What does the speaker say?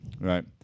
Right